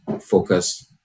focus